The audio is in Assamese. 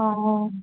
অঁ